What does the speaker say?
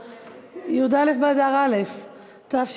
בעד, אין מתנגדים.